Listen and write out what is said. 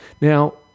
Now